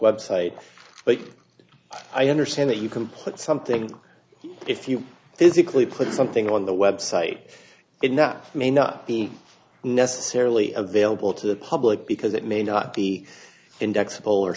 website but i understand that you can put something if you physically put something on the website enough may not be necessarily available to the public because it may not be index